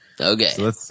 Okay